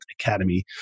Academy